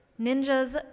ninjas